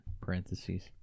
parentheses